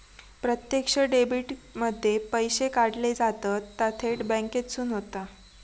प्रत्यक्ष डेबीट मध्ये पैशे काढले जातत ता थेट बॅन्केसून होता